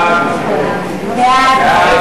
סעיפים